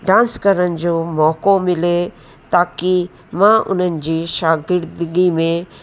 dance करण जो मौक़ो मिले ताकि मां उन्हनि जी शागर्दिगी में